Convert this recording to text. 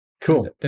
Cool